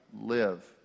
live